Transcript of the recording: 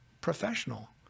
professional